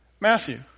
Matthew